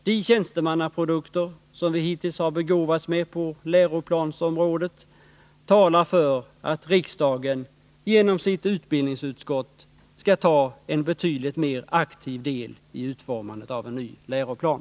De tjänstemannaprodukter som vi hittills har begåvats med på läroplansområdet talar för att riksdagen genom sitt utbildningsutskott skall ta en betydligt mer aktiv del i utformandet av en ny läroplan.